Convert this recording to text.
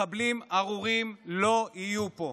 מחבלים ארורים לא יהיו פה.